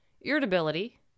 irritability